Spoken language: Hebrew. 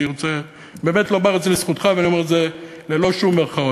אני רוצה באמת לומר את זה לזכותך ואני אומר את זה ללא שום מירכאות.